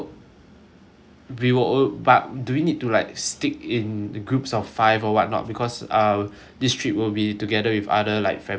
we will all but do we need to like stick in a groups of five or whatnot because uh this trip will be together with other like family friends